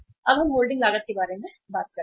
अब हम होल्डिंग लागत के बारे में बात करते हैं